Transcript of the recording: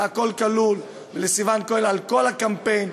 ל"הכול כלול" ולסיון כהן על כל הקמפיין,